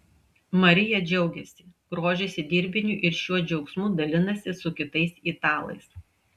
marija džiaugiasi grožisi dirbiniu ir šiuo džiaugsmu dalinasi su kitais italais